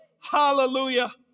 Hallelujah